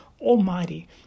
Almighty